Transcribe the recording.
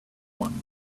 one